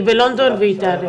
היא בלונדון והיא תעלה בזום.